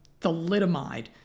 thalidomide